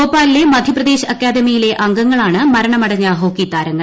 ഭോപ്പാലിലെ മധ്യപ്രദേശ് അക്കാദമിയിലെ അംഗങ്ങളാണ് മരണമടഞ്ഞ ഹോക്കി താരങ്ങൾ